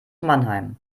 mannheim